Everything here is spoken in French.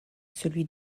celui